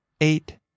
eight